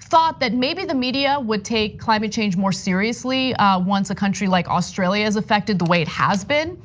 thought that may be the media would take climate change more seriously once a country like australia is affected the way it has been,